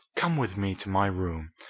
come with me to my room.